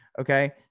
Okay